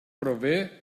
prové